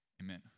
Amen